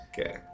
Okay